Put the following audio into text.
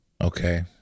okay